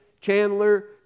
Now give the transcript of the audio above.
Chandler